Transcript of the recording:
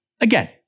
again